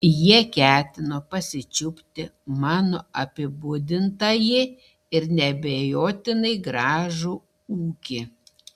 jie ketino pasičiupti mano apibūdintąjį ir neabejotinai gražų ūkį